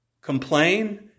complain